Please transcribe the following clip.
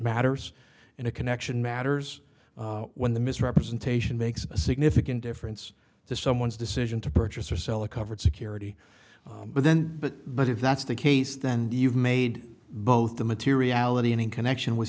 matters in a connection matters when the misrepresentation makes a significant difference to someone's decision to purchase or sell a covered security but then but but if that's the case then you've made both the materiality and in connection with